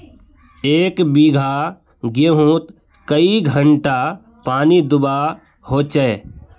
एक बिगहा गेँहूत कई घंटा पानी दुबा होचए?